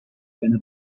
pena